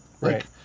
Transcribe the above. Right